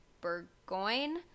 Burgoyne